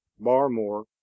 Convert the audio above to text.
Barmore